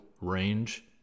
range